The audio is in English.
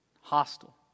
hostile